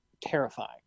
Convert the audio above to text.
terrifying